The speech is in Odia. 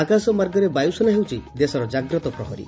ଆକାଶ ମାର୍ଗରେ ବାୟୁସେନା ହେଉଛି ଦେଶର ଜାଗ୍ରତ ପ୍ରହରୀ